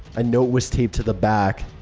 a note was taped to the back.